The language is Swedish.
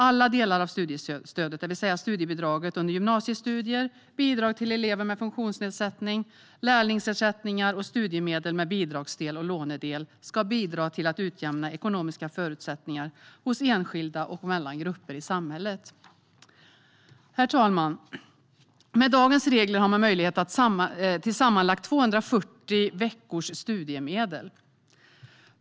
Alla delar av studiestödet, det vill säga studiebidrag vid gymnasiestudier, bidrag till elever med funktionsnedsättning, lärlingsersättning och studiemedel med bidragsdel och lånedel, ska bidra till att utjämna ekonomiska förutsättningar hos enskilda och mellan grupper i samhället. Herr talman! Med dagens regler har man möjlighet att få sammanlagt 240 veckors studiemedel.